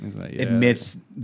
admits